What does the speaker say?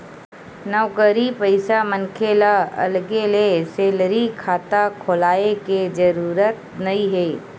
नउकरी पइसा मनखे ल अलगे ले सेलरी खाता खोलाय के जरूरत नइ हे